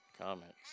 Comments